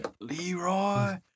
Leroy